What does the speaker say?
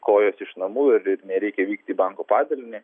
kojos iš namų ir nereikia vykti į banko padalinį